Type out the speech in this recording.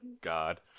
god